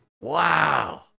Wow